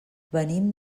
venim